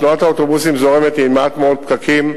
תנועת האוטובוסים זורמת עם מעט מאוד פקקים,